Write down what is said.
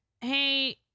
hey